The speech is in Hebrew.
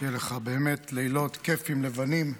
שיהיו לך באמת לילות כיפיים, לבנים,